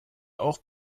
auch